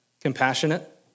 Compassionate